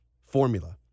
formula